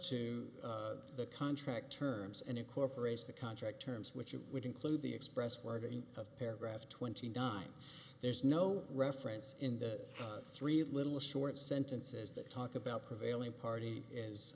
to the contract terms and incorporates the contract terms which would include the express wording of paragraph twenty nine there's no reference in the three little short sentences that talk about prevailing party